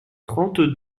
trente